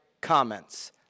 comments